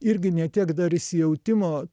irgi ne tiek dar įsijautimo